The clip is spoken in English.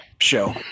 show